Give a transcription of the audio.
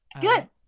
Good